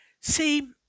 See